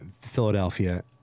Philadelphia